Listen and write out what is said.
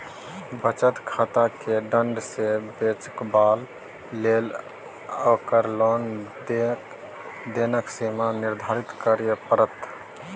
बचत खाताकेँ दण्ड सँ बचेबाक लेल ओकर लेन देनक सीमा निर्धारित करय पड़त